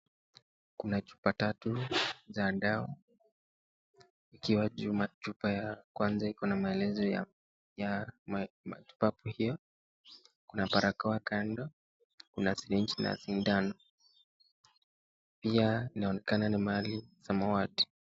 Kuna chupa tatu za dawa ikiwa chupa ya kwanza iko na maelezo ya matibabu hiyo. Kuna barakoa kando, kuna sirinji na sindano. Pia inaonekana ni mahali samawati.